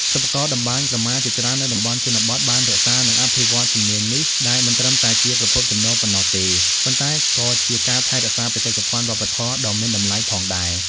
សិប្បករតម្បាញក្រមាជាច្រើននៅតំបន់ជនបទបានរក្សា និងអភិវឌ្ឍជំនាញនេះ ដែលមិនត្រឹមតែជាប្រភពចំណូលប៉ុណ្ណោះទេ ប៉ុន្តែក៏ជាការថែរក្សាបេតិកភណ្ឌវប្បធម៌ដ៏មានតម្លៃផងដែរ។